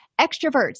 Extroverts